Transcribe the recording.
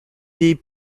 des